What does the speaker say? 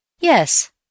Yes